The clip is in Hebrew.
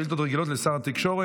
שאילתות רגילות לשר התקשורת.